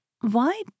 Why